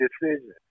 decision